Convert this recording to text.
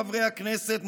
חברי הכנסת,